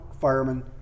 fireman